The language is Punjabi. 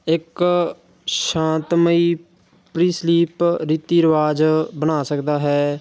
ਇੱਕ ਸ਼ਾਂਤਮਈ ਪ੍ਰੀ ਸਲੀਪ ਰੀਤੀ ਰਿਵਾਜ ਬਣਾ ਸਕਦਾ ਹੈ